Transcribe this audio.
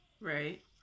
right